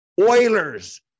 Oilers